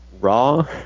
Raw